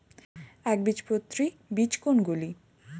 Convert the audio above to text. একবীজপত্রী বীজ কোন গুলি?